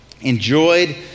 enjoyed